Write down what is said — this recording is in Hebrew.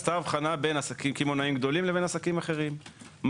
שיש חלק גדול מהצריכה באותם עסקים גדולים,